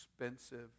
expensive